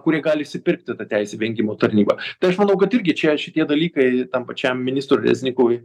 kurie gali išsipirkti tą teisę vengimo tarnyba tai aš manau kad irgi čia šitie dalykai tam pačiam ministrui reznikovui